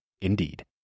Indeed